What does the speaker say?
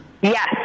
Yes